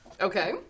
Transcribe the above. Okay